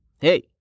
Hey